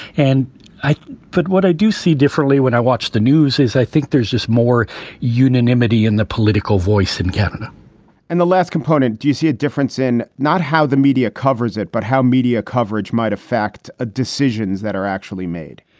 and i put what i do see differently when i watch the news is i think there's just more unanimity in the political voice in canada and the last component do you see a difference in not how the media covers it, but how media coverage might affect ah decisions that are actually made?